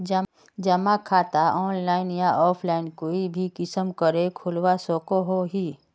जमा खाता ऑनलाइन या ऑफलाइन कोई भी किसम करे खोलवा सकोहो ही?